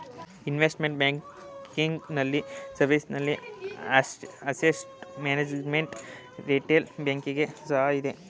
investment banking ನಲ್ಲಿ service ನಲ್ಲಿ asset management, retail banking ಸಹ ಇದೆ